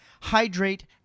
hydrate